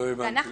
לא הבנתי.